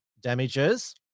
damages